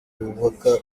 bubaka